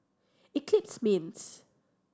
Eclipse Mints